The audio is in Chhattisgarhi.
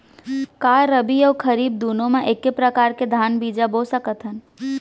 का रबि अऊ खरीफ दूनो मा एक्के प्रकार के धान बीजा बो सकत हन?